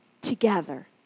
together